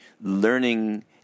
learning